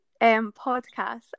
podcast